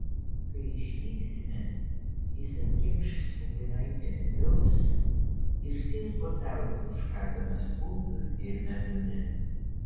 kai išvyksime jis atkimš statinaitę midaus ir sės puotauti užkąsdamas kumpiu ir medumi